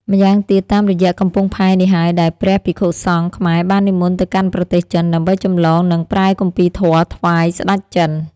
ម្យ៉ាងទៀតតាមរយៈកំពង់ផែនេះហើយ ដែលព្រះភិក្ខុសង្ឃខ្មែរបាននិមន្តទៅកាន់ប្រទេសចិន ដើម្បីចម្លងនិងប្រែគម្ពីរធម៌ថ្វាយ ស្តេចចិន ។